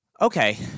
Okay